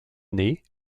année